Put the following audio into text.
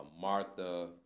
Martha